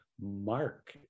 Mark